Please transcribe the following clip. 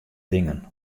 dingen